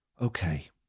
Okay